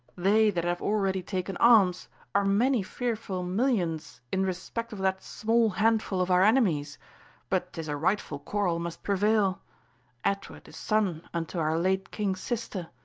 they that have already taken arms are many fearful millions in respect of that small handful of our enemies but tis a rightful quarrel must prevail edward is son unto our late king's sister,